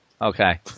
Okay